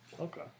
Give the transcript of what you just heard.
Okay